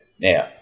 Now